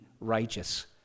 righteous